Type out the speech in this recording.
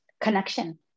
connection